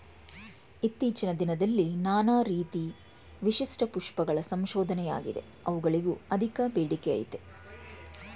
ಇತ್ತೀಚಿನ ದಿನದಲ್ಲಿ ನಾನಾ ರೀತಿ ವಿಶಿಷ್ಟ ಪುಷ್ಪಗಳ ಸಂಶೋಧನೆಯಾಗಿದೆ ಅವುಗಳಿಗೂ ಅಧಿಕ ಬೇಡಿಕೆಅಯ್ತೆ